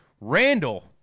Randall